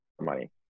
money